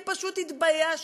אני פשוט התביישתי,